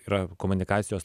yra komunikacijos